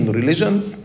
religions